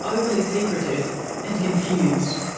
overly secretive and confused.